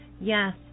Yes